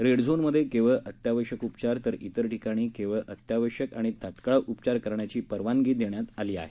red झोनमध्ये केवळ अत्यावश्यक उपचार तर इतर ठिकाणी केवळ अत्यावश्यक आणि तत्काळ उपचार करण्याची परवानगी देण्यात आली आहे